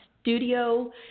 studio